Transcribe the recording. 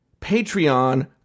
Patreon